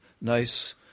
nice